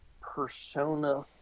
Persona